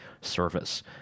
service